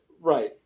Right